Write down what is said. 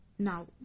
Now